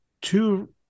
two